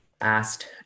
asked